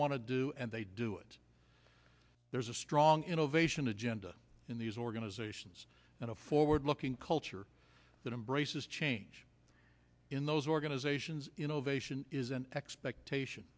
want to do and they do it there's a strong innovation agenda in these organizations and a forward looking culture that embraces change in those organizations innovation is an expectation